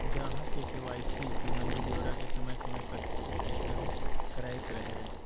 ग्राहक के के.वाई.सी संबंधी ब्योरा के समय समय पर अद्यतन करैयत रहइ